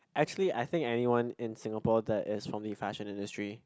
actually I think anyone in Singapore that is from the fashion industry